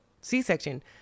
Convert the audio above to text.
C-section